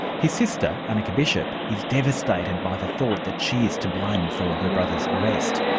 his sister, anneke bishop, is devastated by the thought that she is to blame for her brother's arrest.